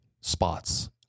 spots